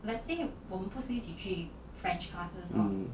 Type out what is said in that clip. mm